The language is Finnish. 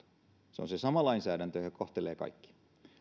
se on se sama lainsäädäntö joka kohtelee kaikkia